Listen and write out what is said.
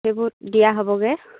সেইবোৰত দিয়া হ'বগৈ